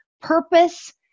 purpose